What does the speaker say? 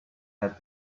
had